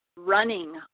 running